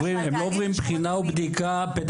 הם לא עוברים שום אישור והם לא עוברים בחינה ובדיקה פדגוגית.